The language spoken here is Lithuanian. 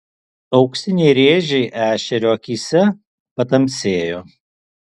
auksiniai rėžiai ešerio akyse patamsėjo